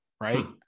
Right